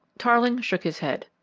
tarling shook his head.